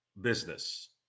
business